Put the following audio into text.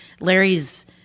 larry's